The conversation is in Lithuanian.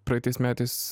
praeitais metais